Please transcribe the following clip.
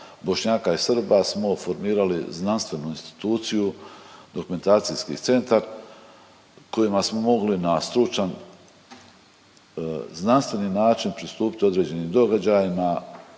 Bošnjaka i Srba smo formirali znanstvenu instituciju, dokumentacijski centar kojima smo mogli na stručan, znanstveni način pristupiti određenim događajima,